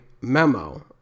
memo